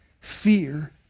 fear